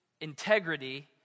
Integrity